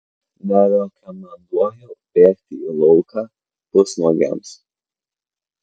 nerekomenduoju bėgti į lauką pusnuogiams